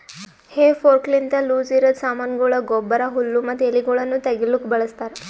ಹೇ ಫೋರ್ಕ್ಲಿಂತ ಲೂಸಇರದ್ ಸಾಮಾನಗೊಳ, ಗೊಬ್ಬರ, ಹುಲ್ಲು ಮತ್ತ ಎಲಿಗೊಳನ್ನು ತೆಗಿಲುಕ ಬಳಸ್ತಾರ್